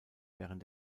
während